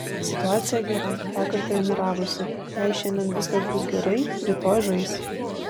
situacija gera vakar treniravosi jei šiandien viskas bus gerai rytoj žais